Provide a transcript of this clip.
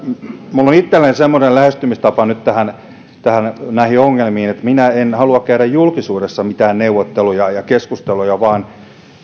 minulla on itselläni semmoinen lähestymistapa nyt näihin ongelmiin että minä en halua käydä julkisuudessa mitään neuvotteluja ja keskusteluja mutta